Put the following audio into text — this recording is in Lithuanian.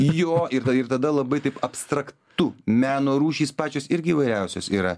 jo ir ta tada labai taip abstraktu meno rūšys pačios irgi įvairiausios yra